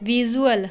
visual